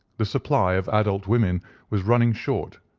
the supply of adult women was running short,